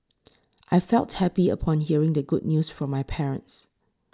I felt happy upon hearing the good news from my parents